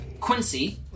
Quincy